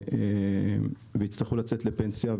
יצטרכו לצאת לפנסיה,